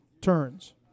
turns